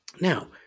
Now